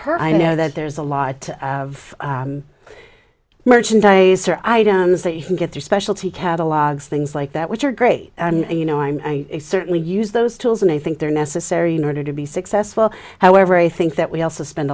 per i know that there's a lot of merchandise or items that you can get your specialty catalogs things like that which are great you know i'm certainly use those tools and i think they're necessary in order to be successful however i think that we also spend